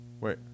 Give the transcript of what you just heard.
Wait